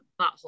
butthole